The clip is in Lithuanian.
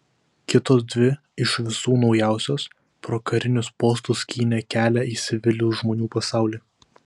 kitos dvi iš visų naujausios pro karinius postus skynė kelią į civilių žmonių pasaulį